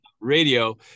radio